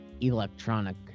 electronic